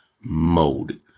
mode